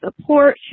support